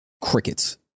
Crickets